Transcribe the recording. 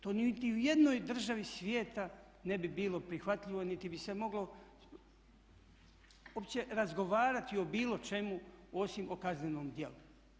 To niti u jednoj državi svijeta ne bi bilo prihvatljivo niti bi se moglo uopće razgovarati o bilo čemu osim o kaznenom djelu.